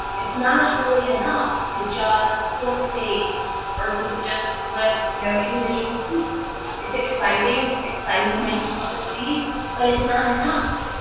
it's not really enough to just flip states or to just flip you know individual seats it's exciting it's exciting when you flip a seat but it's not enough.